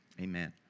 amen